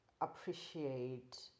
appreciate